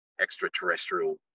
extraterrestrial